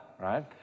right